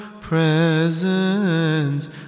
presence